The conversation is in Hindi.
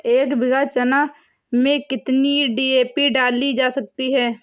एक बीघा चना में कितनी डी.ए.पी डाली जा सकती है?